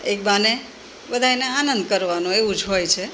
એક બહાને બધાંયને આનંદ કરવાનો એવું જ હોય છે